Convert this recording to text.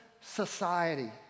society